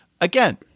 again